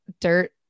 dirt